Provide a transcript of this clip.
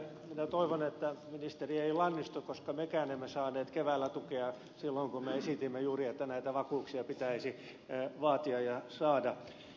minä toivon että ministeri ei lannistu koska mekään emme saaneet keväällä tukea silloin kun me esitimme juuri että näitä vakuuksia pitäisi vaatia ja saada